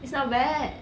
it's not bad